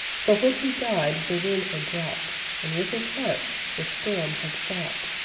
for when he died the wind had dropt and with his heart the storm had stopt,